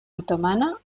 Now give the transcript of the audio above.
otomana